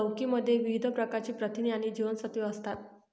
लौकी मध्ये विविध प्रकारची प्रथिने आणि जीवनसत्त्वे असतात